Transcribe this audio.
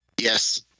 Yes